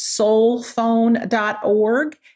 soulphone.org